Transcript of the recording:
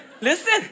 listen